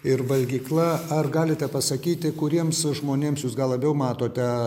ir valgykla ar galite pasakyti kuriems žmonėms jūs gal labiau matote